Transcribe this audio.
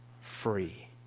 free